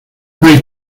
hay